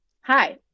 Hi